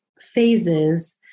phases